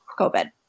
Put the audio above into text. COVID